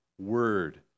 word